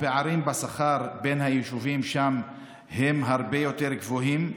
הפערים בשכר בין היישובים שם הם הרבה יותר גבוהים.